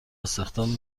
استخدام